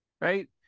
right